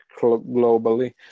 globally